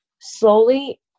slowly